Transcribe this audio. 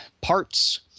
parts